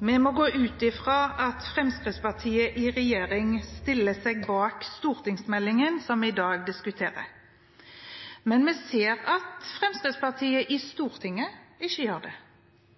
Vi må gå ut fra at Fremskrittspartiet i regjering stiller seg bak stortingsmeldingen vi i dag diskuterer. Men vi ser at Fremskrittspartiet i Stortinget ikke gjør det.